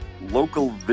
local